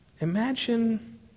Imagine